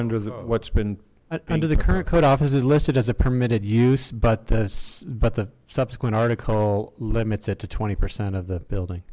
under the what's been under the current code office is listed as a permitted use but this but the subsequent article limits it to twenty percent of the building